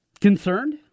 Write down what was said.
Concerned